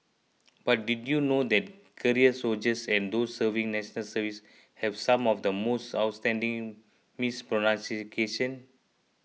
but did you know that career soldiers and those serving National Service have some of the most outstanding mispronunciation